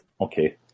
Okay